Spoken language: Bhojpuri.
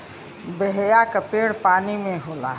बेहया क पेड़ पानी में होला